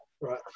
right